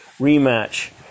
rematch